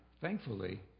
Thankfully